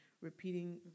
repeating